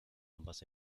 ambas